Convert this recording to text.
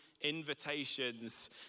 invitations